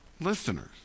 listeners